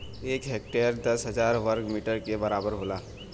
एक हेक्टेयर दस हजार वर्ग मीटर के बराबर होला